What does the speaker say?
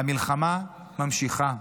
המלחמה נמשכת.